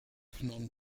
phnom